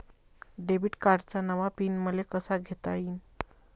Debit कार्डचा नवा PIN मले कसा घेता येईन?